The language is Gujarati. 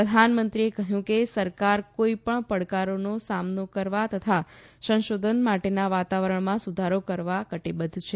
પ્રધાનમંત્રીએ કહયું કે સરકાર કોઇપણ પડકારનો સામનો કરવા તથા સંશોધન માટેના વાતાવરણમાં સુધારો કરવા કટીબધ્ધ છે